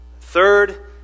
Third